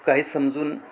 काही समजून